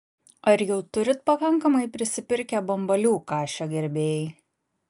ar jau turit pakankamai prisipirkę bambalių kašio gerbėjai